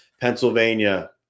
Pennsylvania